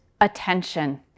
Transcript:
attention